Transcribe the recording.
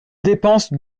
dépenses